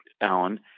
Alan